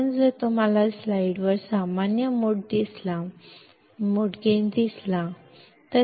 म्हणून जर तुम्हाला स्लाइडवर सामान्य मोड लाभ दिसला आम्ही काय पाहतो